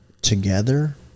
together